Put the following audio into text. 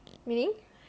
meaning